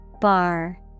Bar